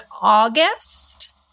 August